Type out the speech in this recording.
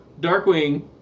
Darkwing